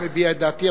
מביע את דעתי,